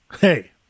Hey